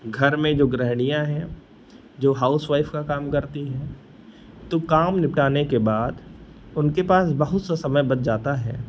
घर में जो गृहिणियाँ हैं जो हाउस वाइफ़ का काम करती हैं तो काम निपटाने के बाद उनके पास बहुत सा समय बच जाता है